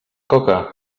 coca